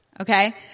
Okay